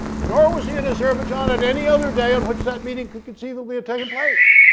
nor was he in azerbaijan at any other day on which that meeting could conceivably have taken place.